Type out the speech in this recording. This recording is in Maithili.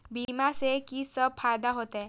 बीमा से की सब फायदा होते?